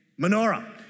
menorah